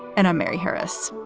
and i'm mary harris.